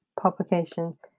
publication